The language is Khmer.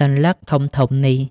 សន្លឹកធំៗនេះ។